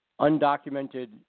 undocumented